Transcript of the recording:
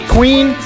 Queen